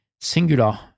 singular